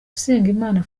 usengimana